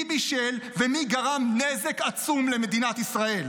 מי בישל ומי גרם נזק עצום למדינת ישראל.